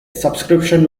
subscription